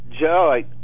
Joe